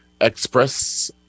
Express